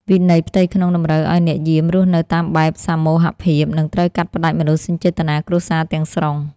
វិន័យផ្ទៃក្នុងតម្រូវឱ្យអ្នកយាមរស់នៅតាមបែបសមូហភាព និងត្រូវកាត់ផ្ដាច់មនោសញ្ចេតនាគ្រួសារទាំងស្រុង។